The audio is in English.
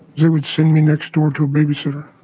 they would send me next door to a babysitter.